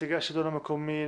נציגי השלטון המקומי,